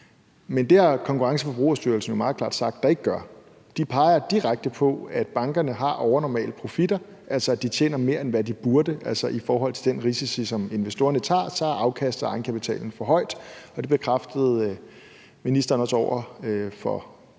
Men det har Konkurrence- og Forbrugerstyrelsen jo meget klart sagt at der ikke gør. De peger direkte på, at bankerne har overnormale profitter, altså at de tjener mere, end hvad de burde, altså at afkastet af egenkapitalen er for højt, i forhold til den risiko, som investorerne tager, og det bekræftede ministeren også over for